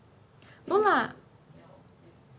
no lah